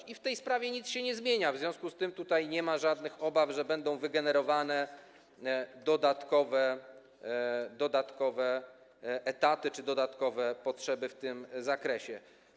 I w tej sprawie nic się nie zmienia, w związku z tym nie ma żadnych obaw, że będą wygenerowane dodatkowe etaty czy dodatkowe potrzeby w tym zakresie.